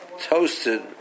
toasted